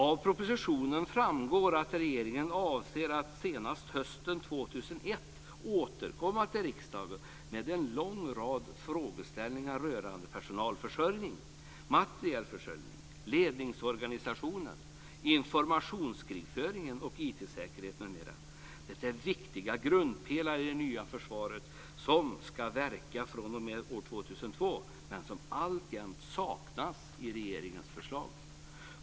Av propositionen framgår att regeringen avser att senast hösten 2001 återkomma till riksdagen med en lång rad frågeställningar rörande personalförsörjning, materielförsörjning, ledningsorganisation, informationskrigföring och IT-säkerhet m.m. Detta är viktiga grundpelare i det nya försvaret som ska verka fr.o.m. 2002, men som alltjämt saknas i regeringens förslag.